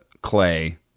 clay